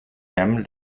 même